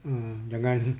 mm jangan